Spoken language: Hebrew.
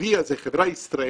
'ויה' זו חברה ישראלית,